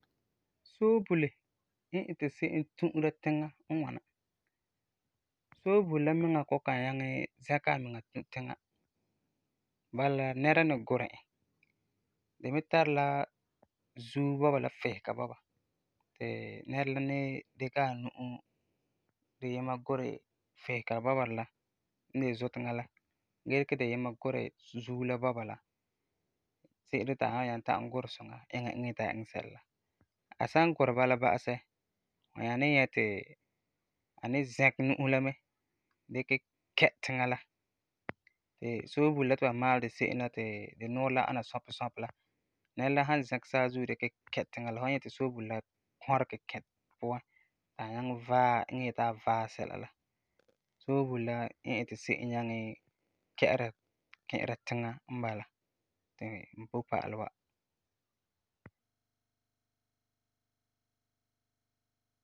Soobule n iti se'em tu'ura tiŋa n ŋwana. Soobule la miŋa ku kan nyaŋɛ zɛkɛ amiŋa tu tiŋa, bala la nɛra n ni gurɛ e, di me tari la zuo bɔba la fisega bɔba ti nɛra la ni dikɛ a nu'o diyima gurɛ fisega bɔberɛ la n de zuteŋa la gee dikɛ diyima gurɛ zuo la bɔba la, se'ere ti a wan nyaŋɛ ta'am gurɛ suŋa iŋɛ n yeti a iŋɛ sɛla la. A san gurɛ bala ba'asɛ, fu nyaa ni nyɛ ti a ni zɛkɛ nu'usi la mɛ, dikɛ kɛ tiŋa la ti soobule la ti ba maalɛ di se'em la ti di nuurɛ la ana sɔpi sɔpi la, nɛra la san zɛkɛ saazuo dikɛ kɛ tiŋa, fu wan nyɛ ti soobule la kɔregɛ kɛ puan ti a nyaŋɛ vaɛ eŋa n yeti a vaɛ sɛla la. Soobule la n iti se'em nyaŋɛ kɛ'ɛra ki'ira tiŋa n bala ti n kɔ'ɔm pa'alɛ wa.